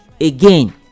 again